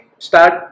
Start